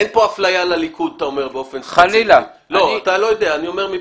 אין פה אפליה לליכוד, אתה אומר, באופן ספציפי.